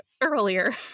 earlier